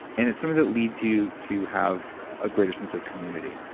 and it's somebody that leads you to have a greater sense of community.